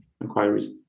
inquiries